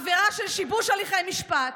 עברה של שיבוש הליכי משפט,